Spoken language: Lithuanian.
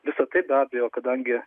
visa tai be abejo kadangi